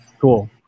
Cool